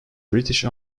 british